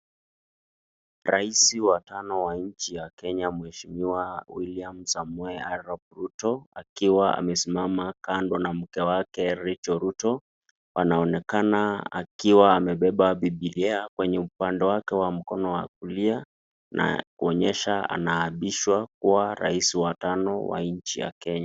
Raisi wa tano wa nchi ya Kenya mheshimiwa William Samoei Arap Ruto akiwa amesimama kando na mke wake Rachel Ruto anaonekana akiwa amebeba bibilia kwenye upande wake wa mkono wa kulia na kuonyesha anaapishwa kua raisi wa tano wa nchi ya Kenya.